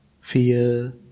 fear